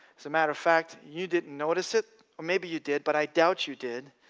as a matter of fact you didn't notice it, or maybe you did, but i doubt you did,